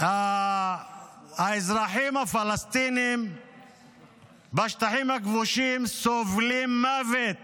האזרחים הפלסטינים בשטחים הכבושים סובלים למוות